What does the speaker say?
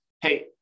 hey